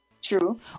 true